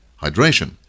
hydration